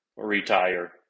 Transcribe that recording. retire